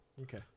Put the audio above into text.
Okay